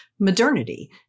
modernity